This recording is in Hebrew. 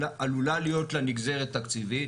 שעלולה להיות לה נגזרת תקציבית.